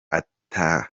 ata